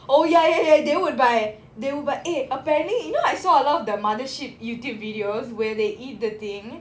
oh ya ya ya they would buy they would buy eh apparently you know I saw a lot of the mothership YouTube videos where they eat the thing